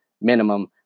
minimum